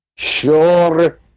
Sure